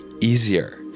easier